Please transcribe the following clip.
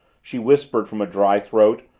she whispered from a dry throat,